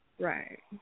Right